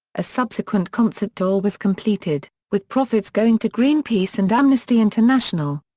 a subsequent concert tour was completed, with profits going to greenpeace and amnesty international.